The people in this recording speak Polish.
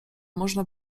można